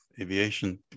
aviation